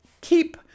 keep